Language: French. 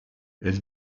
elle